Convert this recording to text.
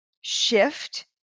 shift